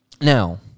Now